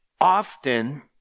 Often